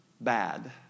bad